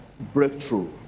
breakthrough